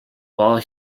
while